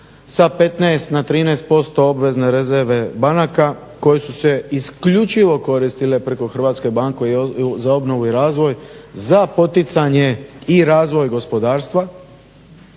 sa 15 na 13% obvezne rezerve banaka koje su se isključivo koristile preko Hrvatske banke za obnovu i razvoj za poticanje i razvoj gospodarstva